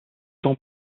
temps